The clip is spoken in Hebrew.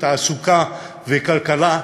תעסוקה וכלכלה,